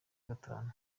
gatanu